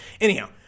Anyhow